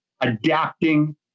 adapting